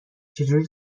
چجوری